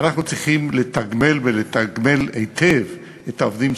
לפני כשעתיים התבשרנו שהשכר הממוצע במשק ירד באפריל ב-3.7%,